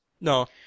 No